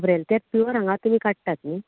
खोबरेल तेल प्यूअर हांगा तुमी काडटात न्ही